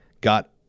got